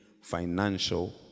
financial